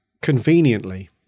conveniently